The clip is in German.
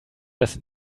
das